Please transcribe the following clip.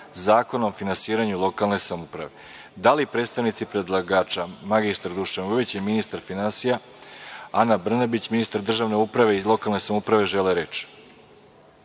Zakona o finansiranju lokalne samouprave. Da li predstavnici predlagača mr Dušan Vujović, ministar finansija, Ana Brnabić, ministar državne uprave i lokalne samouprave, žele